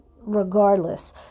regardless